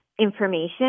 information